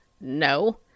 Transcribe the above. No